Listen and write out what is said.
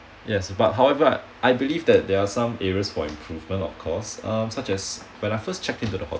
yes but however I believe that there are some areas for improvement of course um such as when I first check into the ho~